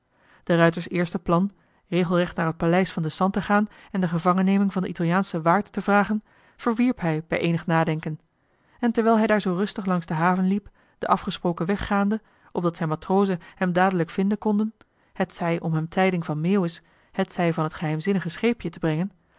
de ruijter de ruijter's eerste plan regelrecht naar t paleis van den sant te gaan en de gevangenneming van den italiaanschen waard te vragen verwierp hij bij eenig nadenken en terwijl hij daar zoo rustig langs de haven liep den afgesproken weg gaande opdat zijn matrozen hem dadelijk vinden konden hetzij om hem tijding van meeuwis hetzij van het geheimzinnige scheepje te brengen